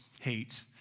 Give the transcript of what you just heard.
hate